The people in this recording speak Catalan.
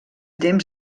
temps